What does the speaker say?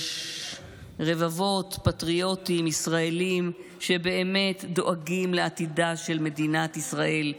ורבבות פטריוטים ישראלים שבאמת דואגים לעתידה של מדינת ישראל,